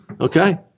Okay